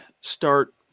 Start